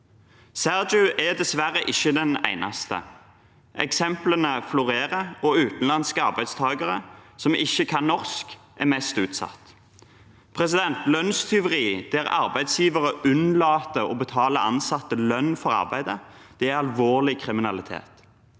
Sergiu er dessverre ikke den eneste. Eksemplene florerer, og utenlandske arbeidstakere som ikke kan norsk, er mest utsatt. Lønnstyveri, der arbeidsgivere unnlater å betale ansatte lønn for arbeidet, er alvorlig kriminalitet.